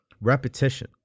Repetition